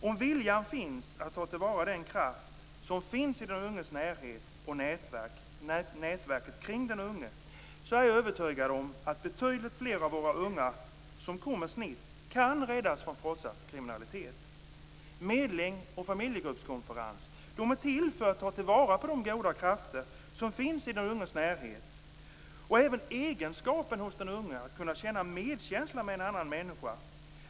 Om viljan finns att ta till vara den kraft som finns i den unges närhet och i nätverket kring den unge, är jag övertygad om att betydligt fler av våra unga som kommer snett kan räddas från fortsatt kriminalitet. Medling och familjegruppskonferens är till för att ta vara på de goda krafter som finns i den unges närhet. Det handlar även om egenskapen hos den unge att känna medkänsla med en annan människa.